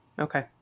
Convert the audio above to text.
Okay